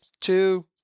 two